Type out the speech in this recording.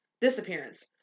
disappearance